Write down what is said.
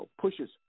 pushes